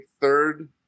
third